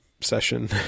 session